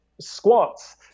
squats